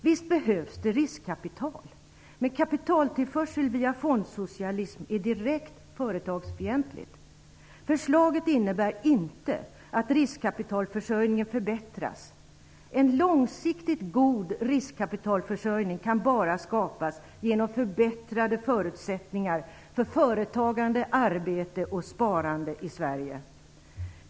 Visst behövs det riskkapital, men kapitaltillförsel via fondsocialism är direkt företagsfientligt. Förslaget innebär inte att riskkapitalförsörjningen förbättras. En långsiktigt god riskkapitalförsörjning kan bara skapas genom förbättrade förutsättningar för företagande, arbete och sparande i Sverige.